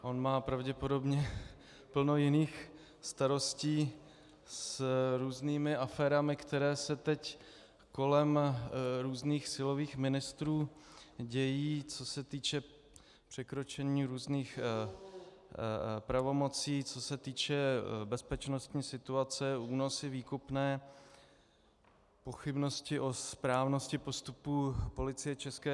On má pravděpodobně plno jiných starostí s různými aférami, které se teď kolem různých silových ministrů dějí, co se týče překročení různých pravomocí, co se týče bezpečnostní situace, únosy, výkupné, pochybnosti o správnosti postupu Policie ČR.